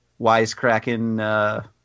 wisecracking